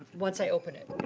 once i open it?